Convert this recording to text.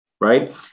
right